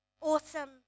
awesome